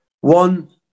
one